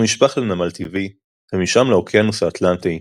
אשר נשפך לנמל טבעי, ומשם לאוקיינוס האטלנטי,